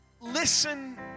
listen